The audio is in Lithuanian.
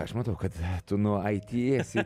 aš matau kad tu nuo it esi